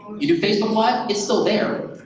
you do facebook live, it's still there.